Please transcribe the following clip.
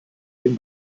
dem